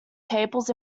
tables